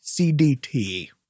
CDT